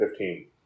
15